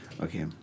Okay